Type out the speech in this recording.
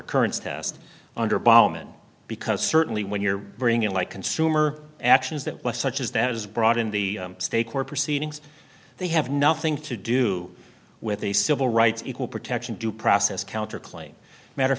occurrence test under bollman because certainly when you're bringing like consumer actions that was such as that was brought in the state court proceedings they have nothing to do with the civil rights equal protection due process counterclaim matter of